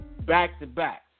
back-to-back